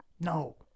No